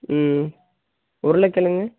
ம் உருளைக் கிழங்கு